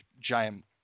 giant